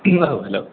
hello